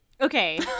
okay